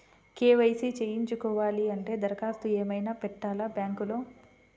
KYC చేయించుకోవాలి అంటే దరఖాస్తు ఏమయినా పెట్టాలా బ్యాంకులో?